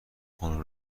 خانم